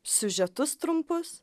siužetus trumpus